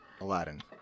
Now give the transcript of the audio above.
Aladdin